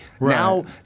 Now